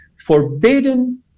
Forbidden